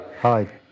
Hi